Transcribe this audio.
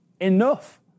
enough